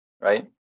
right